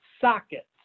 sockets